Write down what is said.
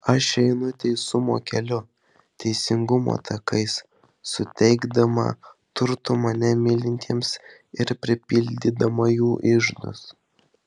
aš einu teisumo keliu teisingumo takais suteikdama turtų mane mylintiems ir pripildydama jų iždus